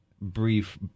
brief